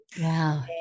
Wow